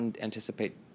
anticipate